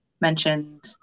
mentioned